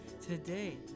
Today